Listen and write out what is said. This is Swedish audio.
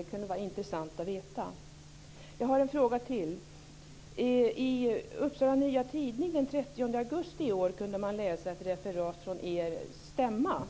Det kunde vara intressant att veta. Jag har en fråga till. I Upsala Nya Tidning den 30 augusti i år kunde man läsa ett regerat från er stämma.